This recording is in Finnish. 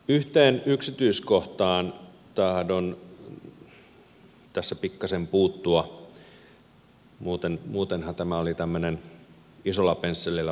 yhteen yksityiskohtaan tahdon tässä pikkasen puuttua muutenhan tämä oli tämmöinen isolla pensselillä maalattu puhe